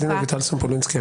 עו"ד סמפולינסקי,